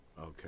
Okay